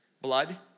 Blood